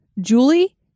Julie